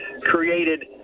created